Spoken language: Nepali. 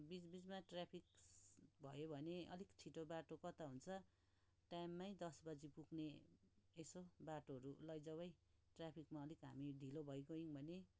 बिच बिचमा ट्राफिक्स भयो भने अलिक छिटो बाटो कता हुन्छ टाइममै दस बजी पुग्ने यसो बाटोहरू लैजाऊ है ट्राफिकमा अलि हामी ढिलो भइगयौँ भने